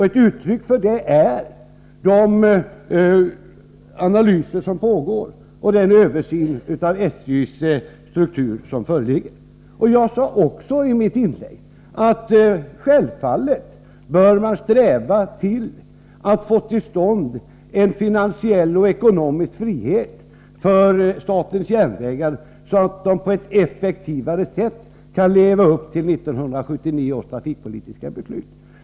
Ett uttryck för detta är de analyser som pågår och den översyn av SJ:s struktur som nu genomförs. Jag sade också i mitt inlägg att man självfallet bör sträva efter att få till stånd en ekonomisk frihet för statens järnvägar, så att SJ på ett effektivare sätt kan leva upp till 1979 års trafikpolitiska beslut.